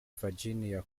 virginia